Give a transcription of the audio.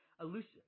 Elusive